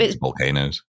Volcanoes